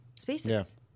spaces